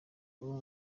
bamwe